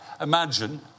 imagine